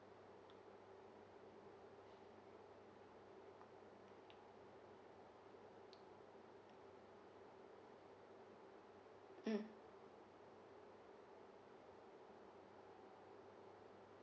mm